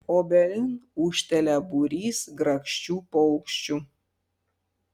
obelin ūžtelia būrys grakščių paukščių